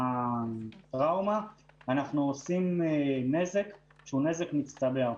אנחנו עושים נזק שהוא נזק מצטבר.